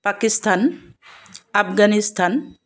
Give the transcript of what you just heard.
Pakistan Afghanistan